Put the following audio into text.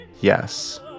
yes